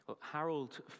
Harold